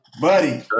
buddy